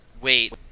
Wait